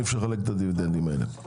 אי אפשר לחלק את הדיבידנדים האלה.